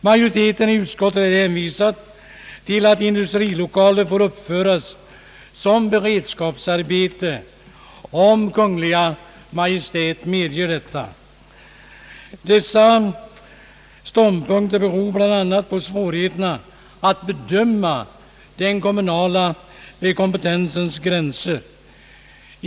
Majoriteten i utskottet har hänvisat till att industrilokaler får uppföras som beredskapsarbete, om Kungl. Maj:t medger detta. Dessa ståndpunkter beror bl.a. på svårigheterna att bedöma den kommunala kompetensens gränser.